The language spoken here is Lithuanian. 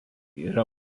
yra